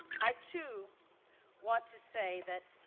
i too want to say that